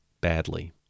badly